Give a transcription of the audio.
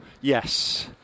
Yes